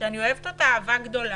שאני אוהבת אותה אהבה גדולה,